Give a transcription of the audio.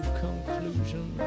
conclusion